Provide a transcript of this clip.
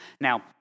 Now